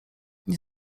nie